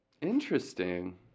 Interesting